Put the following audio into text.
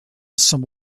some